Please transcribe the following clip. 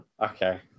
Okay